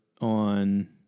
on